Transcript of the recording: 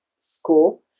school